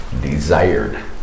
desired